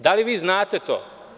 Da li znate to?